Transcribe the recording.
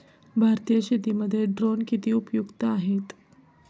भारतीय शेतीमध्ये ड्रोन किती उपयुक्त आहेत?